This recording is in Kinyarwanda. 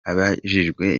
abajijwe